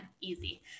Easy